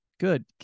good